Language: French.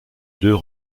deux